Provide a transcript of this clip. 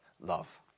love